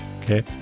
Okay